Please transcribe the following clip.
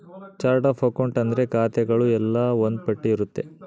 chart of account ಅಂದ್ರೆ ಖಾತೆಗಳು ಎಲ್ಲ ಒಂದ್ ಪಟ್ಟಿ ಇರುತ್ತೆ